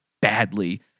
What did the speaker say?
badly